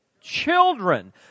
Children